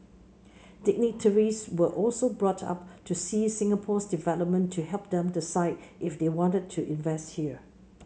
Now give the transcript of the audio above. dignitaries were also brought up to see Singapore's development to help them decide if they wanted to invest here